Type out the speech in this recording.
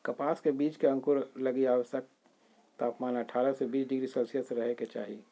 कपास के बीज के अंकुरण लगी आवश्यक तापमान अठारह से बीस डिग्री सेल्शियस रहे के चाही